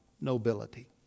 nobility